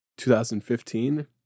2015